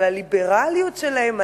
בליברליות שלהם,